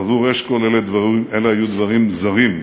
עבור אשכול אלה היו דברים זרים.